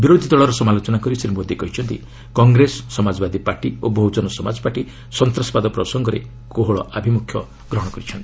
ବିରୋଧୀ ଦଳର ସମାଲୋଚନା କରି ଶ୍ରୀ ମୋଦି କହିଛନ୍ତି କଂଗ୍ରେସ ସମାଜାବାଦୀ ପାର୍ଟି ଓ ବହୁଜନ ସମାଜ ପାର୍ଟି ସନ୍ତାସବାଦ ପ୍ରସଙ୍ଗରେ କୋହଳ ଆଭମୁଖ୍ୟ ଗ୍ରହଣ କରିଛନ୍ତି